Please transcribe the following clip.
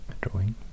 drawing